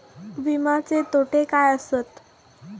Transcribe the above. विमाचे तोटे काय आसत?